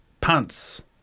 pants